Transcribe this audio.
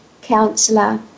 counsellor